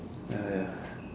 ah ya